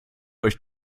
euch